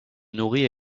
nourrit